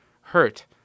hurt